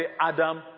Adam